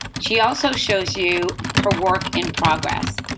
she also shows you her work in progress.